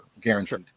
guaranteed